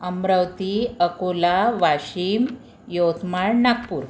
Amravati Akola Washim Yavatmal Nagpur